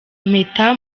impeta